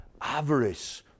avarice